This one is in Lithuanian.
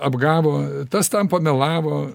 apgavo tas tam pamelavo